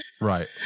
right